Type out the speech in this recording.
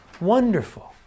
Wonderful